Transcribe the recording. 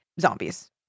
zombies